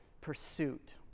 pursuit